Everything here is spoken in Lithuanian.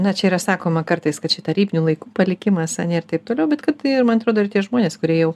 na čia yra sakoma kartais kad čia tarybinių laikų palikimas ar ne ir taip toliau bet kad ir man atrodo ir tie žmonės kurie jau